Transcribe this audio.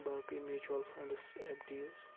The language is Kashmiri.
باقٕے میوٗچوَل فَنڈٕس اٮ۪مپٹیٖز